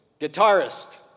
guitarist